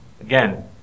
again